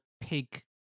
pig